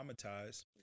traumatized